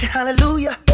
Hallelujah